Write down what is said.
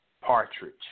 Partridge